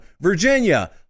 Virginia